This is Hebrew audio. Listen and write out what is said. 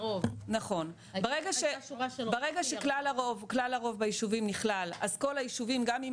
ברגע שכלל הרוב בישובים נכלל אז כל הישובים גם אם